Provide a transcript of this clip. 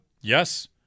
Yes